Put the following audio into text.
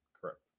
Correct